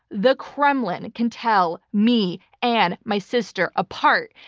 the kremlin can tell me and my sister apart,